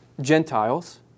Gentiles